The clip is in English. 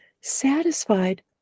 satisfied